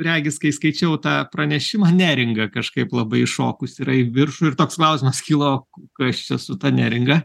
regis kai skaičiau tą pranešimą neringa kažkaip labai iššokus yra į viršų ir toks klausimas kilo kas čia su ta neringa